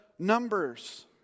Numbers